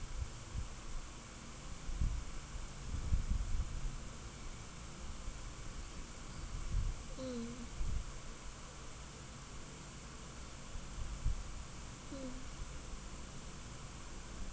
mm mm